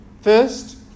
First